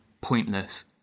pointless